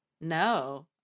No